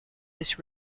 this